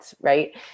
right